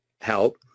help